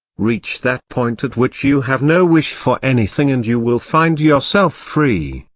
reach that point at which you have no wish for anything and you will find yourself free,